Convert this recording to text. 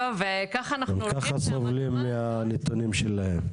גם ככה סובלים מהנתונים שלהם.